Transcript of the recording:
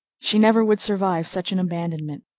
she never would survive such an abandonment.